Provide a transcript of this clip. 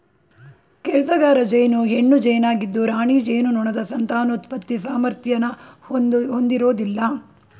ಕೆಲ್ಸಗಾರ ಜೇನು ಹೆಣ್ಣು ಜೇನಾಗಿದ್ದು ರಾಣಿ ಜೇನುನೊಣದ ಸಂತಾನೋತ್ಪತ್ತಿ ಸಾಮರ್ಥ್ಯನ ಹೊಂದಿರೋದಿಲ್ಲ